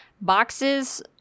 boxes